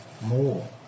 more